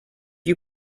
you